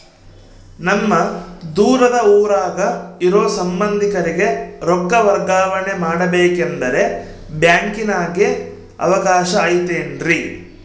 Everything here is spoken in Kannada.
ನಮ್ಮ ದೂರದ ಊರಾಗ ಇರೋ ಸಂಬಂಧಿಕರಿಗೆ ರೊಕ್ಕ ವರ್ಗಾವಣೆ ಮಾಡಬೇಕೆಂದರೆ ಬ್ಯಾಂಕಿನಾಗೆ ಅವಕಾಶ ಐತೇನ್ರಿ?